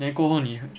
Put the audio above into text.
then 过后你会